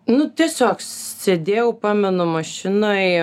nu tiesiog sėdėjau pamenu mašinoj